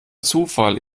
zufall